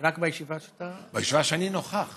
רק בישיבה שאתה, בישיבה שאני נוכח